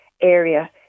area